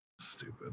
Stupid